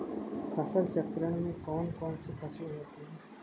फसल चक्रण में कौन कौन सी फसलें होती हैं?